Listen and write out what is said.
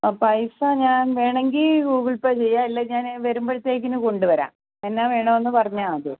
ആ പൈസ ഞാൻ വേണമെങ്കിൽ ഗൂഗിൾ പേ ചെയ്യാം അല്ലെങ്കിൽ ഞാൻ വരുമ്പോഴത്തേക്കിനും കൊണ്ടുവരാം എന്നാ വേണമെന്ന് പറഞ്ഞാൽ മതി